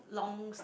long